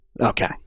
Okay